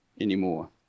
anymore